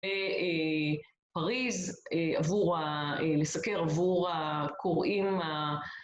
ופריז עבור א.. לסקר עבור הקוראים ה...